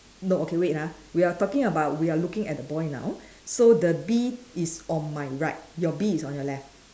no okay wait ha we are talking about we are looking at the boy now so the bee is on my right your bee is on your left